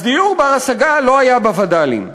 אז דיור בר-השגה לא היה בווד"לים.